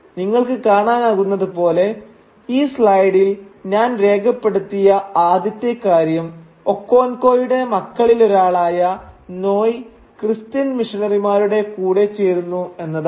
നിങ്ങൾക്ക് കാണാനാകുന്നത് പോലെ ഈ സ്ലൈഡിൽ ഞാൻ രേഖപ്പെടുത്തിയ ആദ്യത്തെ കാര്യം ഒക്കോൻക്കോയുടെ മക്കളിലൊരാളായ നോയ് ക്രിസ്ത്യൻ മിഷനറിമാരുടെ കൂടെ ചേരുന്നു എന്നതാണ്